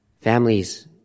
families